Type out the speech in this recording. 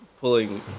Pulling